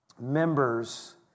members